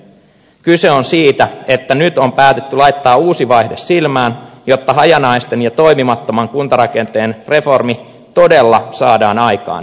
kyse on siitä että nyt on päätetty laittaa uusi vaihde silmään jotta hajanaisen ja toimimattoman kuntarakenteen reformi todella saadaan aikaan vihdoinkin